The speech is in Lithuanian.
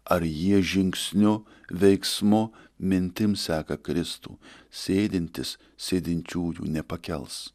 ar jie žingsniu veiksmo mintim seka kristų sėdintis sėdinčiųjų nepakels